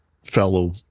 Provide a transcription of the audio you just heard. fellow